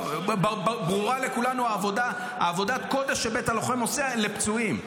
ברורה לכולנו עבודת הקודש שבית הלוחם עושה לפצועים.